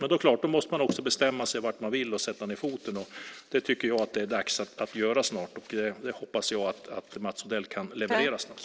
Men då är det klart att man då också måste bestämma sig för vad man vill och sätta ned foten, och det tycker jag att det är dags att göra snart. Det hoppas jag att Mats Odell kan leverera snart.